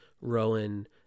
Rowan